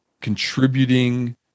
contributing